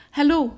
Hello